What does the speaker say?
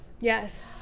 Yes